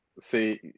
See